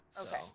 okay